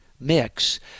mix